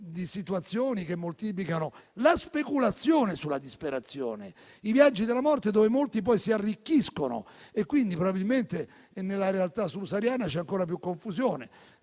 di situazioni che moltiplicano la speculazione sulla disperazione, perché sui viaggi della morte molti si arricchiscono e quindi probabilmente nella realtà subsahariana c'è ancora più confusione.